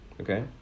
okay